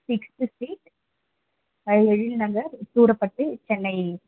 sixth street Ezhil Nagar Surapattu Chennai